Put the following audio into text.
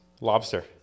Lobster